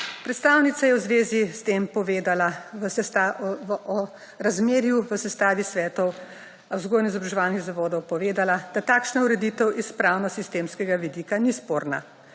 Predstavnica je v zvezi s tem povedala v razmerju v sestavi svetov vzgojno-izobraževalnih zavodov povedala, da takšna ureditev iz pravno sistemskega vidika ni sporna